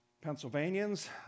Pennsylvanians